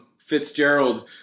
Fitzgerald